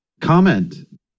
Comment